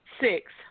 Six